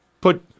put